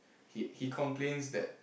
he he complains that